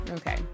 Okay